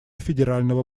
федерального